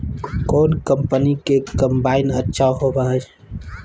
कौन कंपनी के कम्बाइन अच्छा होबो हइ?